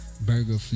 Burger